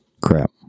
Crap